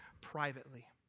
privately